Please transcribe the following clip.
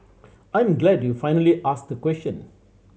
I'm glad you finally asked a question